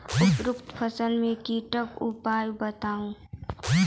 उपरोक्त फसल मे कीटक उपाय बताऊ?